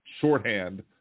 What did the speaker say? shorthand